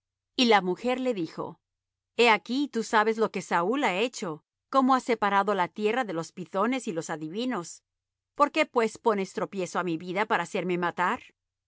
y la mujer le dijo he aquí tú sabes lo que saúl ha hecho cómo ha separado de la tierra los pythones y los adivinos por qué pues pones tropiezo á mi vida para hacerme matar